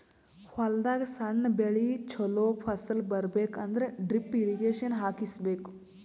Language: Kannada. ಹೊಲದಾಗ್ ಸಣ್ಣ ಬೆಳಿ ಚೊಲೋ ಫಸಲ್ ಬರಬೇಕ್ ಅಂದ್ರ ಡ್ರಿಪ್ ಇರ್ರೀಗೇಷನ್ ಹಾಕಿಸ್ಬೇಕ್